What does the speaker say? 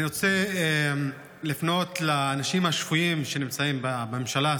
אני רוצה לפנות לאנשים השפויים שנמצאים בממשלה,